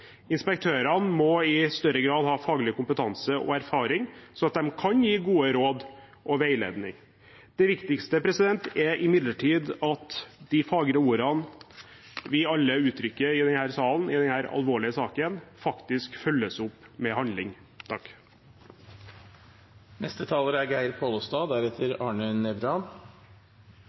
Inspektørene må i større grad ha faglig kompetanse og erfaring, slik at de kan gi gode råd og veiledning. Det viktigste er imidlertid at de fagre ordene vi alle uttrykker i denne salen i denne alvorlige saken, faktisk følges opp med handling. Det er ikkje tvil om at dei bilda som ligg bak dagens utgreiing, er